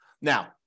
Now